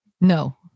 No